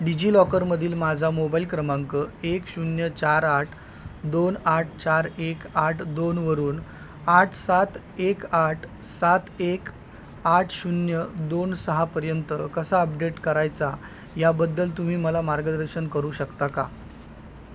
डिजिलॉकरमधील माझा मोबाईल क्रमांक एक शून्य चार आठ दोन आठ चार एक आठ दोनवरून आठ सात एक आठ सात एक आठ शून्य दोन सहापर्यंत कसा अपडेट करायचा याबद्दल तुम्ही मला मार्गदर्शन करू शकता का